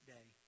Day